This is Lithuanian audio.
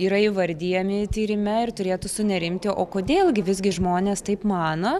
yra įvardijami tyrime ir turėtų sunerimti o kodėl gi visgi žmonės taip mano